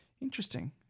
Interesting